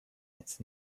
its